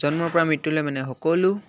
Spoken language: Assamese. জন্মৰ পৰা মৃত্যুলৈ মানে সকলো